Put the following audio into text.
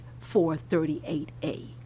438A